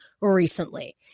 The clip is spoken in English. recently